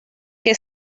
que